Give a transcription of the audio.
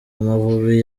amavubi